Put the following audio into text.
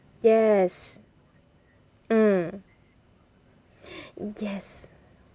yes mm yes